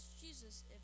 Jesus